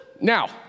Now